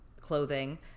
clothing